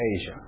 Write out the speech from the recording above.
Asia